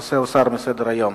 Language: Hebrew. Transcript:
הנושא הוסר מסדר-היום.